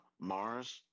Mars